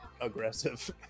aggressive